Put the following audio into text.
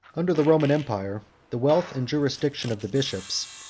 under the roman empire, the wealth and jurisdiction of the bishops,